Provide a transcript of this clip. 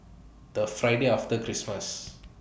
The Friday after Christmas